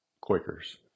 Quakers